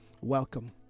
Welcome